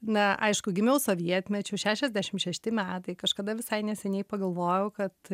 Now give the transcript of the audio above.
na aišku gimiau sovietmečiu šešiasdešimt šešti metai kažkada visai neseniai pagalvojau kad